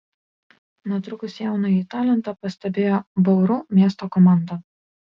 netrukus jaunąjį talentą pastebėjo bauru miesto komanda